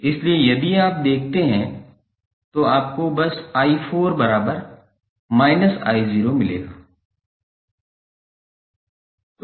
इसलिए यदि आप इसे देखते हैं तो आपको बस 𝑖4 I0 मिलेगा